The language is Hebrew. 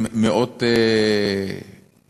עם מאות קצינים: